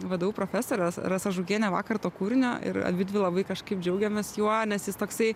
vdu profesore ra rasa žukiene vakar to kūrinio ir abidvi labai kažkaip džiaugiamės juo nes jis toksai